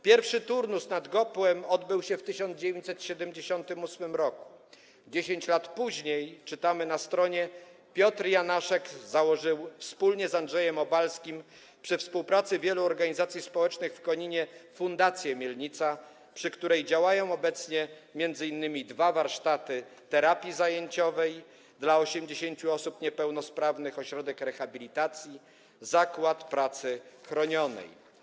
Pierwszy turnus nad Gopłem odbył się w 1978 r. 10 lat później, czytamy na stronie, Piotr Janaszek założył wspólnie z Andrzejem Obalskim przy współpracy wielu organizacji społecznych w Koninie Fundację Mielnica, przy której działają obecnie m.in. dwa warsztaty terapii zajęciowej dla 80 osób niepełnosprawnych, ośrodek rehabilitacji, zakład pracy chronionej.